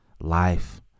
life